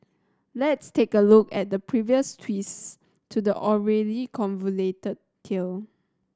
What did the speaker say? let's take a look at the previous twists to the already convoluted tale